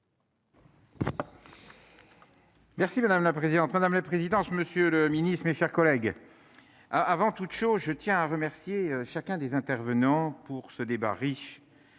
Merci madame la présidente, madame la présidente, monsieur le Ministre, mes chers collègues, avant toute chose, je tiens à remercier chacun des intervenants pour ce débat riche,